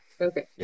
okay